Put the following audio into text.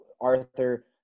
Arthur